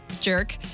jerk